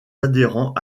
adhérents